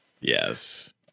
yes